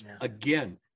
Again